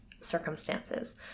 circumstances